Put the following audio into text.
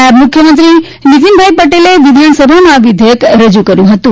નાયબ મુખ્યમંત્રી નીતિન પટેલે વિધાનસભા આ વિઘેયક રજુ કર્યું હતું